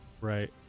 Right